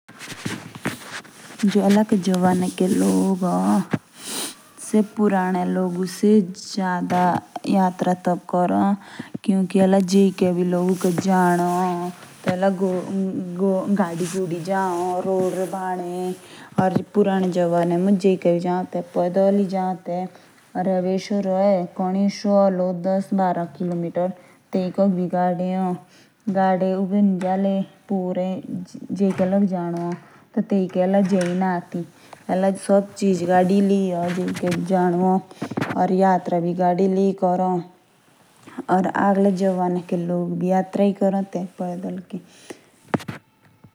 जो ये एलके जबाने के लोग ए। से पुराने लोगी से जयादा यात्रा तब करो। ताकी जिके बी लोगु को जदो ए टी टिके रोडे रे, बड़े जाइके बी जाओ ते।